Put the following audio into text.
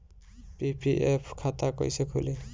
PPF खाता कैसे खुली?